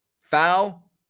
Foul